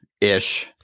ish